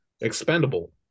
expendable